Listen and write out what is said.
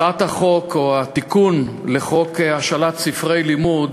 הצעת החוק או התיקון לחוק השאלת ספרי לימוד